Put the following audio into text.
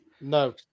No